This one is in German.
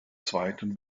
zweiten